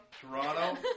Toronto